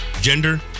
gender